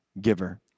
giver